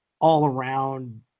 all-around